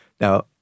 Now